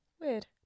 Weird